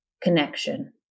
connection